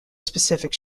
specific